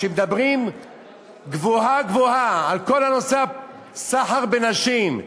כשמדברים גבוהה-גבוהה על כל נושא הסחר בנשים,